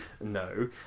No